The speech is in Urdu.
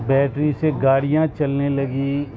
بیٹری سے گاڑیاں چلنے لگی